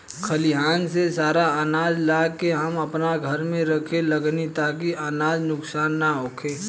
खलिहान से सारा आनाज ला के हम आपना घर में रखे लगनी ताकि अनाज नुक्सान ना होखे